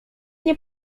nie